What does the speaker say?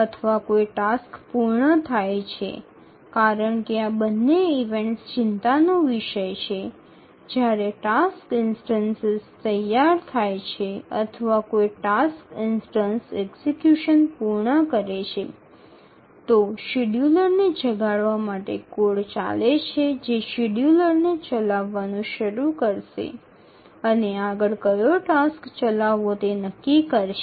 અથવા કોઈ ટાસ્ક પૂર્ણ થાય છે કારણ કે આ બંને ઇવેન્ટ્સ ચિંતાનો વિષય છે જ્યારે ટાસ્ક ઇન્સ્ટનસ તૈયાર થાય છે અથવા કોઈ ટાસ્ક ઇન્સ્ટનસ એક્ઝિકયુશન પૂર્ણ કરે છે તો શેડ્યૂલર ને જગાડવા માટે કોડ ચાલે છે જે શેડ્યૂલર ને ચાલવાનું શરૂ કરશે અને આગળ કયો ટાસ્ક ચલાવવો છે તે નક્કી કરશે